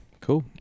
Cool